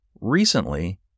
Recently